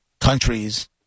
countries